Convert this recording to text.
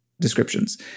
descriptions